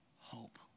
hope